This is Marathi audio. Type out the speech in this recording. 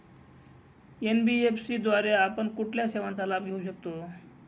एन.बी.एफ.सी द्वारे आपण कुठल्या सेवांचा लाभ घेऊ शकतो?